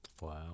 Wow